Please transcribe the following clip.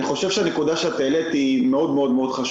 הנקודה שאת העלית חשובה מאוד.